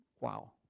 wow